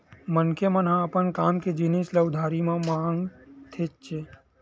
मनखे मन ह अपन काम के जिनिस ल उधारी म मांगथेच्चे